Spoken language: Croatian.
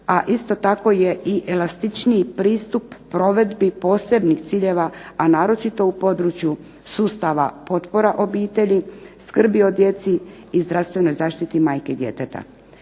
a isto tako je i elastičniji pristup provedbi posebnih ciljeva, a naročito u području sustava potpora obitelji, skrbi o djeci i zdravstvenoj zaštiti majke i djeteta.